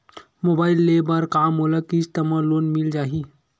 Mobile ले बर का मोला किस्त मा लोन मिल जाही?